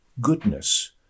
goodness